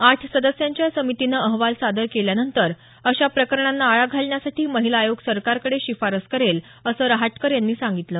आठ सदस्यांच्या या समितीनं अहवाल सादर केल्यानंतर अशा प्रकरणांना आळा घालण्यासाठी महिला आयोग सरकारकडे शिफारस करेल असं रहाटकर यांनी सांगितलं